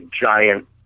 giant